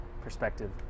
perspective